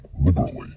liberally